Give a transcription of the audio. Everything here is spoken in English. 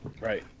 right